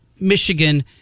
Michigan